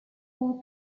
four